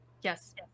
Yes